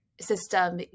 system